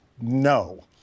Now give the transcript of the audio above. No